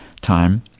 time